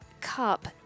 Cup